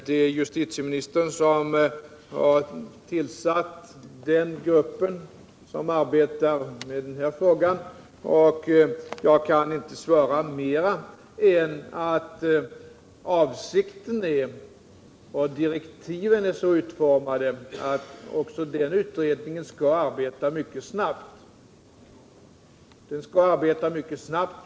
Det är justitieministern som tillsatt den grupp som arbetar med den här frågan, och jag kan inte svara mer än att direktiven är så utformade att även denna utredning skall arbeta mycket snabbt.